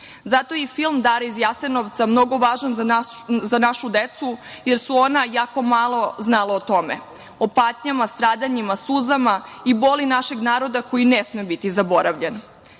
Zato je i film „Dara iz Jasenovca“ mnogo važan za našu decu, jer su ona jako malo znala o tome, o patnjama, stradanjima, suzama i bol našeg naroda koji ne sme biti zaboravljen.U